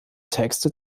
texte